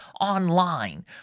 online